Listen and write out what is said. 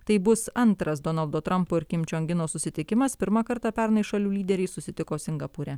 tai bus antras donaldo trampo ir kim čiong ino susitikimas pirmą kartą pernai šalių lyderiai susitiko singapūre